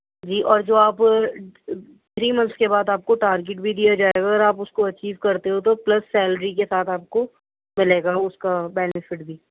جی اور جو آپ تھری منتھس کے بعد آپ کو ٹارگیٹ بھی دیا جائے گا اگر آپ اُس کو اچیو کرتے ہو تو پلس سیلری کے ساتھ آپ کو مِلے گا اُس کا بینیفٹ بھی